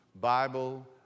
Bible